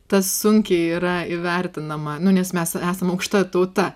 tas sunkiai yra įvertinama nu nes mes esam aukšta tauta